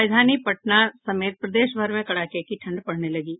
राजधानी पटना समेत प्रदेशभर में कड़ाके की ठंड पड़ने लगी है